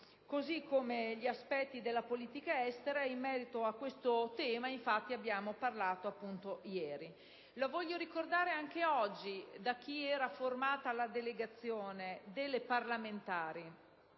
così come gli aspetti della politica estera, in merito a questo tema (di cui abbiamo parlato appunto ieri) e voglio ricordare anche oggi che la delegazione delle parlamentari